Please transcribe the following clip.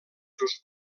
seus